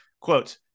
Quote